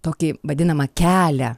tokį vadinamą kelią